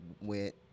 went